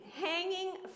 hanging